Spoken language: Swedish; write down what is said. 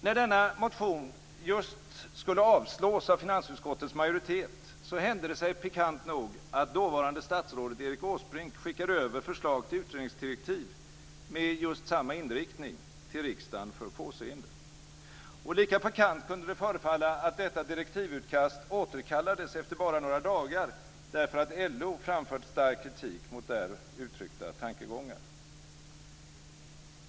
När denna motion just skulle avslås av finansutskottets majoritet, hände det sig pikant nog att dåvarande statsrådet Erik Åsbrink skickade över förslag till utredningsdirektiv med samma inriktning till riksdagen för påseende. Lika pikant kunde det förefalla att detta direktivutkast återkallades efter bara några dagar, därför att LO framfört stark kritik mot där uttryckta tankegångar.